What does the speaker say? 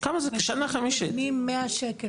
מ-100 ₪,